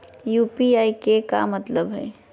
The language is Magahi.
यू.पी.आई के का मतलब हई?